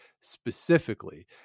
specifically